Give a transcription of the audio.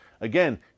Again